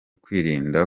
kwirinda